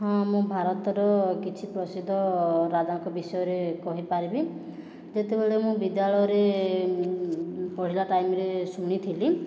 ହଁ ମୁଁ ଭାରତର କିଛି ପ୍ରସିଦ୍ଧ ରାଜାଙ୍କ ବିଷୟରେ କହିପାରିବି ଯେତେବେଳେ ମୁଁ ବିଦ୍ୟାଳୟରେ ପଢ଼ିଲା ଟାଇମ୍ରେ ଶୁଣିଥିଲି